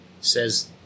says